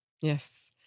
Yes